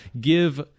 give